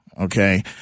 Okay